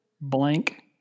blank